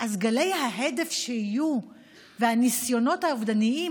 אז גלי ההדף שיהיו והניסיונות האובדניים